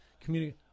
community